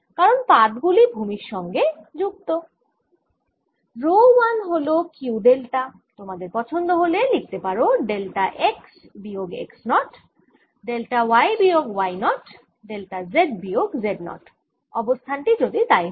কারণ পাত গুলি ভুমির সুঙ্গে যুক্ত রো 1 হল Q ডেল্টা তোমাদের পছন্দ হলে লিখতে পারো ডেল্টা x বিয়োগ x নট ডেল্টা y বিয়োগ y নট ডেল্টা z বিয়োগ z নট অবস্থান টি যদি তাই হয়